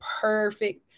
perfect